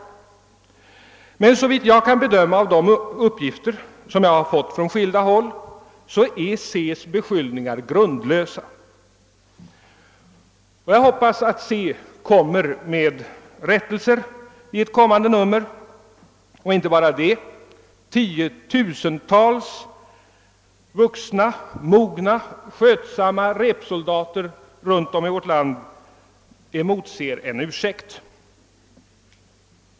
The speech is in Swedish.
Men såvitt jag kunnat bedöma på basis av de uppgifter jag fått från skilda håll är beskyllningarna i Se grundlösa. Jag hoppas att Se som den rejäla tidning som den är inför en rät telse i ett kommande nummer. Och inte bara det — tiotusentals vuxna, mogna, skötsamma repsoldater runtom i vårt land emotser en ursäkt.